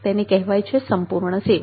તેને કહેવાય છે સંપૂર્ણ સેવા